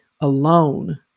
alone